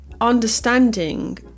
understanding